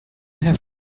have